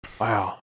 Wow